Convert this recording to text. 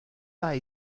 pas